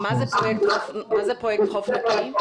מה זה פרויקט חוף נקי?